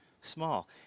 small